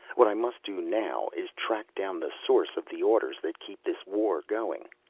what i must do now is track down the source of the orders that keep this war going.